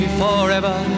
forever